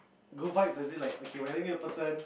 good vibe as if like okay name me a person